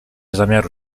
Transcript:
zamiaru